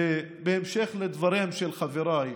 בהמשך לדבריהם של חבריי: